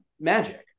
magic